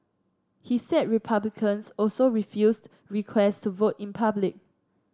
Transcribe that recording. he said Republicans also refused request to vote in public